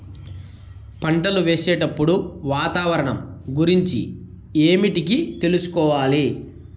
పంటలు వేసేటప్పుడు వాతావరణం గురించి ఏమిటికి తెలుసుకోవాలి?